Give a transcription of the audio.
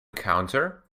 counter